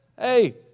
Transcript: Hey